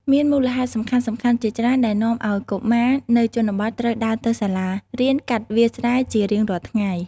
មានមូលហេតុសំខាន់ៗជាច្រើនដែលនាំឲ្យកុមារនៅជនបទត្រូវដើរទៅសាលារៀនកាត់វាលស្រែជារៀងរាល់ថ្ងៃ។